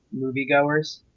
moviegoers